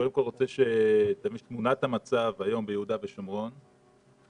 קודם כול, תמונת המצב היום ביהודה ושומרון היא